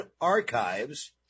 archives